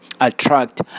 attract